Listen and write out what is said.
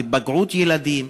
היפגעות ילדים,